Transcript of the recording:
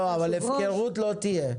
לא, הפקרות לא תהיה.